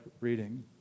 reading